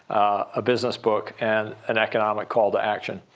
a business book, and an economic call to action.